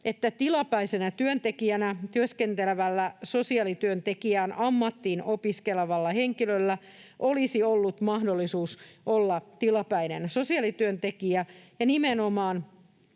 että tilapäisenä työntekijänä työskentelevällä sosiaalityöntekijän ammattiin opiskelevalla henkilöllä olisi ollut mahdollisuus olla tilapäinen sosiaalityöntekijä ja nimenomaan